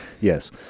yes